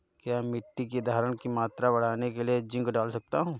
क्या मिट्टी की धरण की मात्रा बढ़ाने के लिए जिंक डाल सकता हूँ?